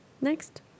Next